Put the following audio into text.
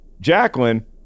Jacqueline